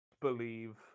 believe